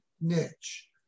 niche